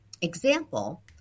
example